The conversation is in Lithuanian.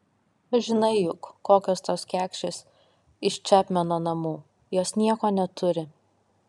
žinai juk kokios tos kekšės iš čepmeno namų jos nieko neturi